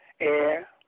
air